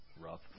rough